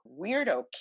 weirdo